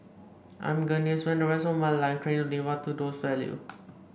I'm going to spend the rest of my life trying to live up to those values